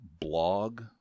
blog